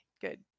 Good